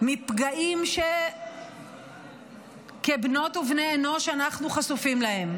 מפגעים שכבנות ובני אנוש אנחנו חשופים להם,